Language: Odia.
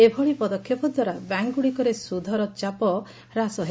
ଏଭଳି ପଦକ୍ଷେପଦ୍ୱାରା ବ୍ୟାଙ୍କ୍ଗୁଡ଼ିକରେ ସୁଧର ଚାପ ହ୍ରାସ ହେବ